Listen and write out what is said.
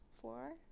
four